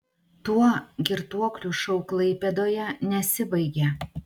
tuo girtuoklių šou klaipėdoje nesibaigė